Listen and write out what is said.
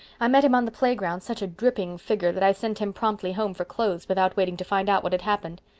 i met him on the playground, such a dripping figure that i sent him promptly home for clothes without waiting to find out what had happened.